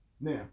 Now